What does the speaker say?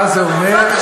למה?